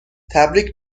تبریک